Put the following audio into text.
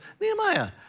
Nehemiah